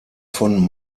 von